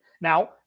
Now